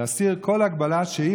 להסיר כל הגבלה שהיא,